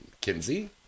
Kinsey